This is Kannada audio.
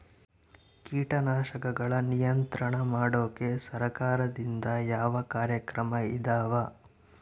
ಕೇಟನಾಶಕಗಳ ನಿಯಂತ್ರಣ ಮಾಡೋಕೆ ಸರಕಾರದಿಂದ ಯಾವ ಕಾರ್ಯಕ್ರಮ ಇದಾವ?